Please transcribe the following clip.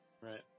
right